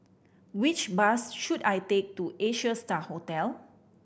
which bus should I take to Asia Star Hotel